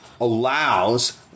allows